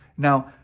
now,